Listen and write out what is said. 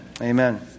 Amen